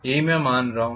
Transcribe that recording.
यही मैं मान रहा हूं